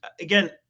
again